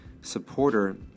supporter